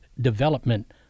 development